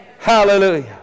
Hallelujah